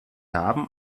haben